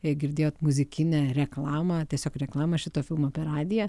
jei girdėjot muzikinę reklamą tiesiog reklamą šito filmo per radiją